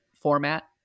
format